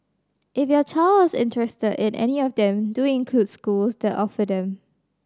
if your child is interested in any of them do include schools that offer them